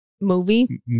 movie